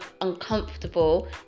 uncomfortable